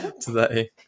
today